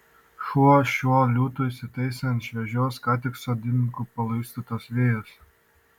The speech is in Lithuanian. šuo šiuo liūtu įsitaisė ant šviežios ką tik sodininkų palaistytos vejos